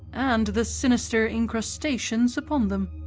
and the sinister incrustations upon them.